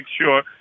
sure